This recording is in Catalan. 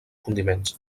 condiments